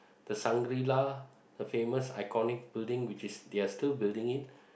the Shangri La the famous iconic building which is they are still building it